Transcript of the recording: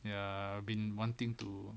ya I've been wanting to